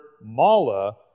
mala